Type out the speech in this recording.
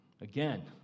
Again